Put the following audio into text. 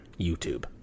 YouTube